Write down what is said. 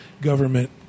government